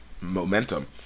momentum